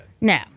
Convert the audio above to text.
No